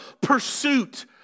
pursuit